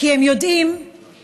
כי הם יודעים, רויטל,